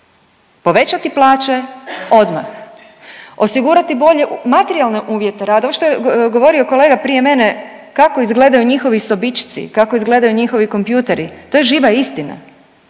Povećati plaće odmah, osigurati bolje materijalne uvjete rada, ovo što je govorio kolega prije mene kako izgledaju njihovi sobičci, kako izgledaju njihovi kompjuteri to je živa istina.